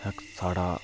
ते साढ़ा